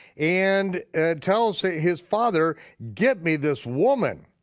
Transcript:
and tells his father, get me this woman.